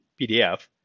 PDF